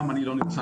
למה אני לא נמצא,